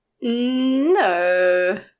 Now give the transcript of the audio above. no